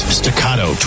staccato